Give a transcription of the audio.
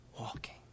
walking